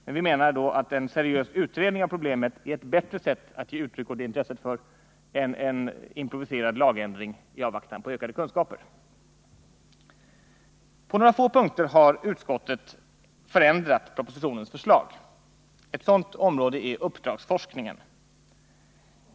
Men vi menar att en seriös utredning av problemet är ett bättre sätt att ge uttryck åt det intresset än en improviserad lagändring i avvaktan på ökade kunskaper. På några få punkter har utskottet förändrat propositionens förslag. Ett sådant område är uppdragsforskningen.